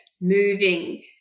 moving